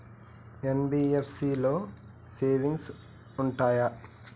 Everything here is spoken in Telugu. ఎన్.బి.ఎఫ్.సి లో సేవింగ్స్ ఉంటయా?